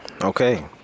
Okay